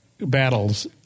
battles